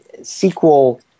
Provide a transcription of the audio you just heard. SQL